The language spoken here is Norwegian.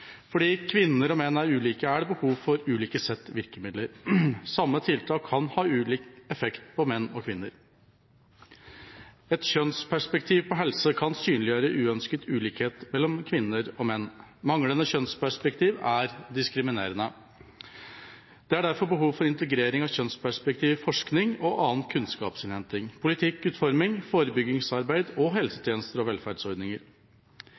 Fordi kvinner og menn er ulike, er det behov for ulike sett virkemidler. Samme tiltak kan ha ulik effekt på menn og kvinner. Et kjønnsperspektiv på helse kan synliggjøre uønsket ulikhet mellom kvinner og menn. Manglende kjønnsperspektiv er diskriminerende. Det er derfor behov for integrering av kjønnsperspektivet i forskning og annen kunnskapsinnhenting, politikkutforming, forebyggingsarbeid, helsetjenester og velferdsordninger.